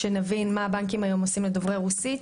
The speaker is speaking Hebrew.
שנבין מה הבנקים עושים היום בשביל דוברי רוסית.